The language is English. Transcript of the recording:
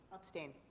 abstain.